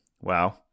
Wow